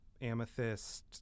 amethyst